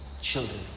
children